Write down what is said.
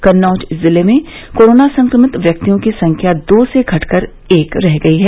कन्नौज जिले में कोरोना संक्रमित व्यक्तियों की संख्या दो से घटकर एक रह गयी है